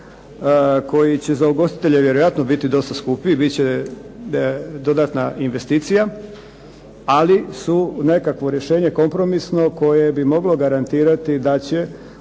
koji će za ugostitelje biti vjerojatno dosta skuplji biti će dodatna investicija ali su nekakvo rješenje kompromisno koje bi moglo garantirati da će